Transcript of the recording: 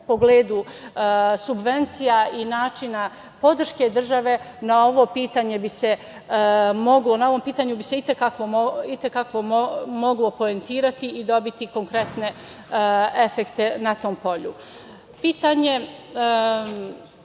pogledu subvencija i načina podrške države na ovom pitanju bi se moglo i te kako poentirati i dobiti konkretne efekte na tom